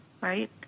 right